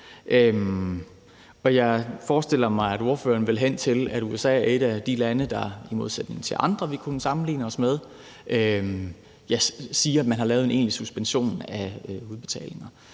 Jeg forestiller mig, at ordføreren vil hen til, at USA er et af de lande, der i modsætning til andre af de lande, vi kunne sammenligne os med, siger, at man har lavet en egentlig suspension af udbetalingerne.